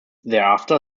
thereafter